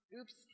Oops